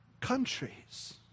countries